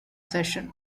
sessions